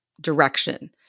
direction